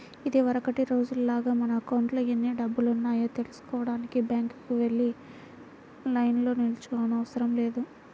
ఇదివరకటి రోజుల్లాగా మన అకౌంట్లో ఎన్ని డబ్బులున్నాయో తెల్సుకోడానికి బ్యాంకుకి వెళ్లి లైన్లో నిల్చోనవసరం లేదు